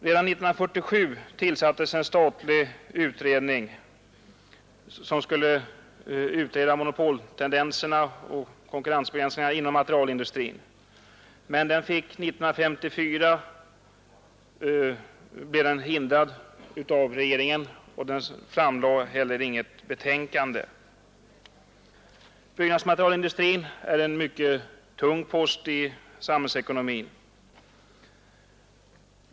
Redan 1947 tillsattes en statlig utredning, som skulle utreda monopoltendenserna och konkurrensbegränsningarna inom materialindustrin, men den blev 1954 hindrad av regeringen och framlade heller inget betänkande. Byggnadsmaterialindustrin är en mycket tung post i samhällsekonomin.